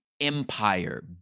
empire